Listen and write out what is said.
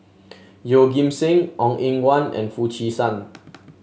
Yeoh Ghim Seng Ong Eng Guan and Foo Chee San